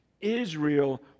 Israel